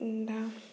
दा